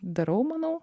darau manau